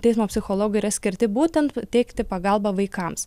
teismo psichologai yra skirti būtent teikti pagalbą vaikams